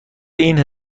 این